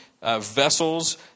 vessels